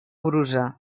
brusa